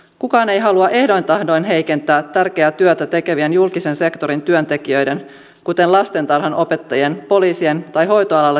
kukaan ei halua ehdoin tahdoin heikentää tärkeää työtä tekevien julkisen sektorin työntekijöiden kuten lastentarhanopettajien poliisien tai hoitoalalla työskentelevien asemaa